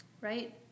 Right